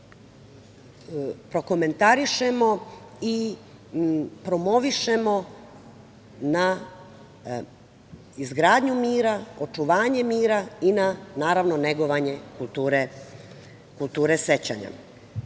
da prokomentarišemo i promovišemo izgradnju mira, očuvanje mira i na negovanje kulture sećanja. Mir